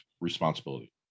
responsibility